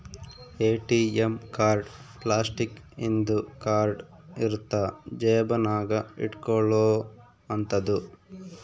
ATM card plastic ಇಂದು card ಇರುತ್ತ ಜೇಬ ನಾಗ ಇಟ್ಕೊಲೊ ಅಂತದು